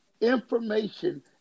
information